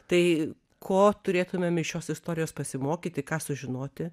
tai ko turėtumėm iš šios istorijos pasimokyti ką sužinoti